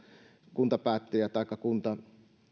kuntapäättäjä taikka mikään kunta